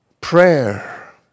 prayer